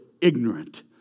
ignorant